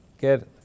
get